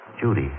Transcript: Judy